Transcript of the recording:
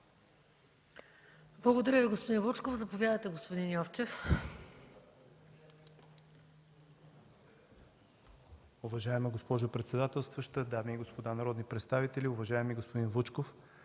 Благодаря Ви, господин Вучков. Заповядайте, господин Йовчев.